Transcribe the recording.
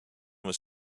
was